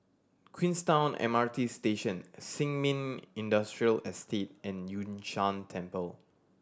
Queenstown M R T Station Sin Ming Industrial Estate and Yun Shan Temple